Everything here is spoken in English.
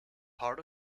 part